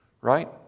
right